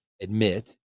admit